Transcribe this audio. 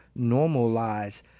normalize